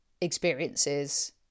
experiences